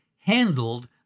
handled